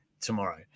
tomorrow